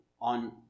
on